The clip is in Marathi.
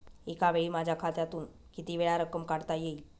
एकावेळी माझ्या खात्यातून कितीवेळा रक्कम काढता येईल?